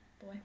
boy